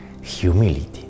humility